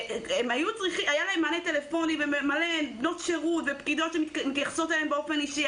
היה להם מענה טלפוני והרבה בנות שירות ופקידות שהתייחסו באופן אישי,